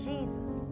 Jesus